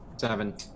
Seven